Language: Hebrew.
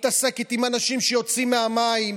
מתעסקת עם אנשים שיוצאים מהמים,